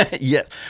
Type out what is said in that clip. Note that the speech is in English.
Yes